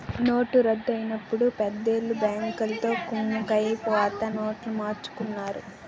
నోట్ల రద్దు అయినప్పుడు పెద్దోళ్ళు బ్యాంకులతో కుమ్మక్కై పాత నోట్లు మార్చుకున్నారు